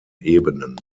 ebenen